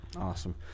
Awesome